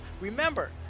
remember